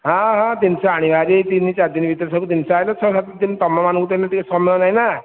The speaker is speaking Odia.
ହଁ ହଁ ଜିନିଷ ଆଣିବା ହାରି ତିନି ଚାରି ଦିନ ଭିତରେ ସବୁ ଜିନିଷ ଆସିଲେ ଛଅ ସାତ ଦିନ ତୁମମାନଙ୍କୁ ତ ଏଇନେ ସମୟ ନାହିଁ ନା